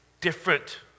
different